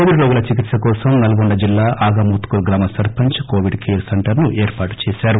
Covid రోగుల చికిత్ప కోసం నల్గొండ జిల్లా ఆగమోత్కూర్ గ్రామ సర్పంచ్ కోవిడ్ కేర్ సెంటర్పు ఏర్పాటు చేశారు